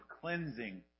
cleansing